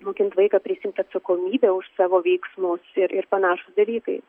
mokint vaiką prisiimt atsakomybę už savo veiksmus ir ir panašūs dalykai